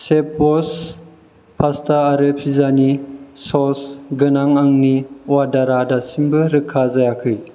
शेफब'स pasta आरो पिज्जानि sauce गोनां आंनि अर्डारा दासिमबो रोखा जायाखै